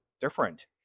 different